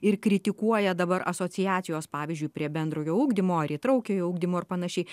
ir kritikuoja dabar asociacijos pavyzdžiui prie bendrojo ugdymo ar įtraukiojo ugdymo ir panašiai